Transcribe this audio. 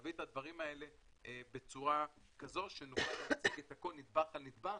להביא את הדברים האלה בצורה כזו שנוכל להציג את הכול נדבך על נדבק